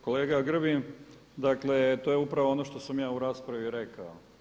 Kolega Grbin, dakle to je upravno ono što sam ja u raspravi rekao.